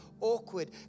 awkward